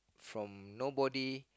from nobody